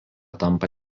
tampa